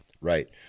Right